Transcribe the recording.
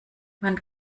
man